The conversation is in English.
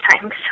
times